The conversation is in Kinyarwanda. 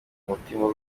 umutima